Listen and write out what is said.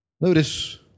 Notice